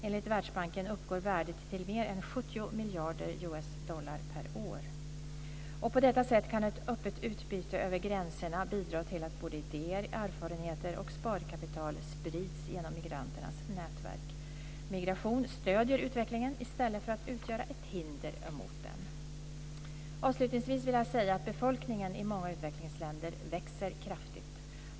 Enligt Världsbanken uppgår värdet till mer än 70 På detta sätt kan ett öppet utbyte över gränserna bidra till att både idéer, erfarenheter och sparkapital sprids genom migranternas nätverk. Migration stöder utvecklingen i stället för att utgöra ett hinder mot den. Avslutningsvis vill jag säga att befolkningen i många utvecklingsländer växer kraftigt.